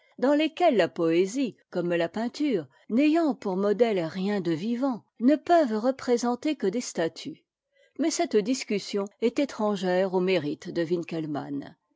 dans lesquels la poésie comme la peinture n'ayant pour modèle rien de vivant ne peuvent représenter que des statues mais cette discussion est étrangère au mérite